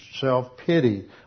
self-pity